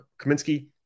Kaminsky